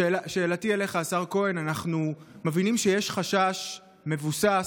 שאלתי אליך, השר כהן: אנחנו מבינים שיש חשש מבוסס